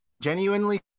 Genuinely